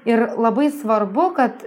ir labai svarbu kad